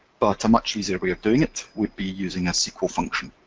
but a much easier way of doing it would be using a sql function.